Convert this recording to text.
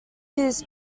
his